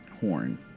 horn